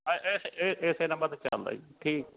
ਇਸੇ ਨੰਬਰ 'ਤੇ ਚੱਲਦਾ ਜੀ ਠੀਕ